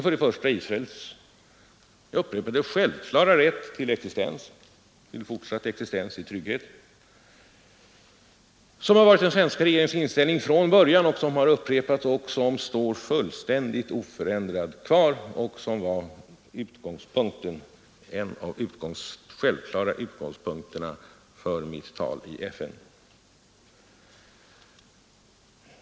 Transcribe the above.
För det första har Israels självklara rätt till fortsatt existens och trygghet varit den svenska regeringens inställning från början. Detta har vi många gångar upprepat, och den står oförändrat kvar. Den rätten var en av de självklara utgångspunkterna för mitt tal i FN.